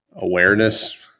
awareness